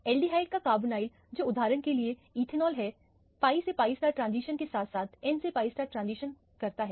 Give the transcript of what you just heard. acetaldehyde का carbonyl जो उदाहरण के लिए इथेनॉल हैpi से pi ट्रांजिशन के साथ साथ n से piट्रांजिशन करता है